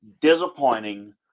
disappointing